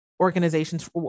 organizations